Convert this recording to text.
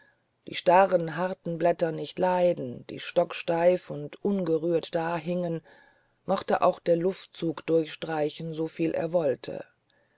die starren harten blätter nicht leiden die stocksteif und ungerührt dahingen mochte auch der luftzug durchstreichen soviel er wollte